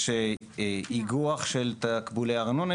יש גם איגוח של תקבולי ארנונה,